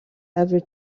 ever